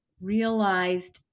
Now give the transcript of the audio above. realized